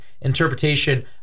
interpretation